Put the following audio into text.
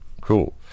Cool